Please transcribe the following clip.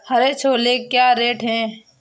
हरे छोले क्या रेट हैं?